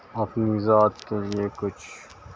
اپنی ذات کے لیے کچھ